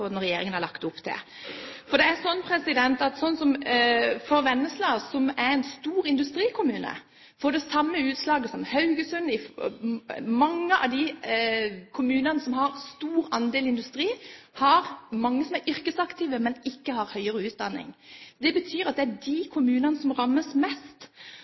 er en stor industrikommune, gir dette det samme utslaget som i Haugesund. Mange av de kommunene som har en stor andel industri, har mange som er yrkesaktive, men som ikke har høyere utdanning. Det betyr at det er disse kommunene som rammes mest.